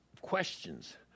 questions